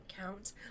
count